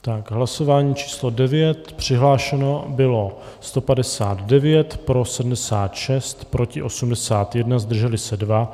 V hlasování číslo 9 přihlášeno bylo 159, pro 76, proti 81, zdrželi se 2.